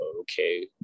okay